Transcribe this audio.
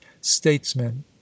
statesmen